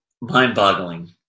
mind-boggling